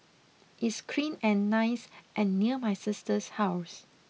it's clean and nice and near my sister's house